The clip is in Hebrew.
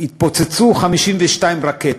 התפוצצו 52 רקטות.